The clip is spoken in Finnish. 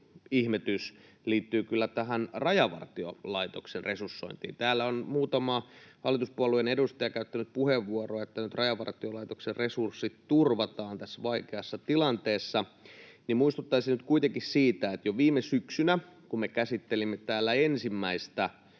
ihmetys liittyy kyllä tähän Rajavartiolaitoksen resursointiin. Täällä on muutama hallituspuolueen edustaja käyttänyt puheenvuoron, että nyt Rajavartiolaitoksen resurssit turvataan tässä vaikeassa tilanteessa. Muistuttaisin nyt kuitenkin siitä, että jo viime syksynä, kun me käsittelimme täällä ensimmäistä